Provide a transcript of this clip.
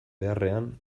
beharrean